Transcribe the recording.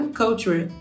culture